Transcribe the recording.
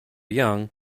young